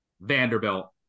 Vanderbilt